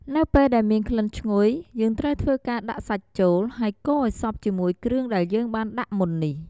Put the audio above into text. នៅពេលដែលមានក្លិនឈ្ងុយ យើងត្រូវធ្វើការដាក់សាច់ចូល ហើយកូរអោយសព្វជាមួយគ្រឿងដែលយើងបានដាក់មុននេះ។